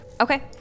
Okay